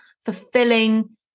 fulfilling